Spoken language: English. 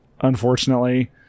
unfortunately